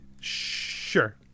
sure